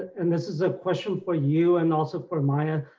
and this is a question for you and also for maya.